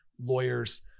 lawyers